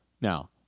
Now